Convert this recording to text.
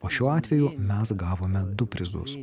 o šiuo atveju mes gavome du prizus